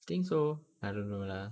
think so I don't know lah